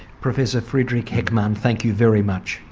professor friedrich heckmann, thank you very much.